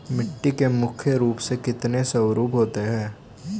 मिट्टी के मुख्य रूप से कितने स्वरूप होते हैं?